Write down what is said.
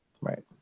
Right